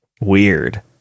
weird